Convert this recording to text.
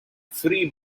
free